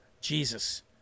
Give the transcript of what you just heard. Jesus